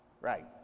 right